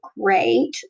great